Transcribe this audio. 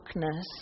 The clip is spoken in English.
darkness